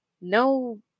no